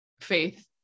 faith